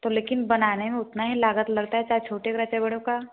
तो लेकिन बनाने में उतना ही लागत लगता है चाहे छोटा का रहे चाहे बड़ों का